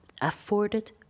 afforded